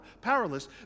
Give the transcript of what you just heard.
powerless